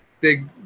big